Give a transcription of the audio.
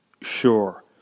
sure